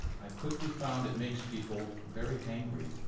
i quickly found it makes people very angry.